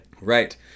right